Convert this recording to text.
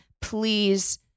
Please